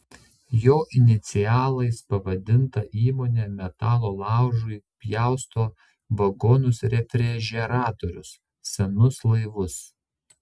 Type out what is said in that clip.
jo inicialais pavadinta įmonė metalo laužui pjausto vagonus refrižeratorius senus laivus